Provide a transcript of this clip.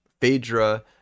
Phaedra